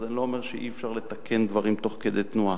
אז אני לא אומר שאי-אפשר לתקן דברים תוך כדי תנועה.